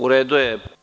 U redu je.